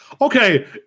Okay